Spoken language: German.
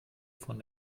von